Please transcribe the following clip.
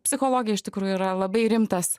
psichologija iš tikrųjų yra labai rimtas